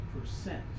percent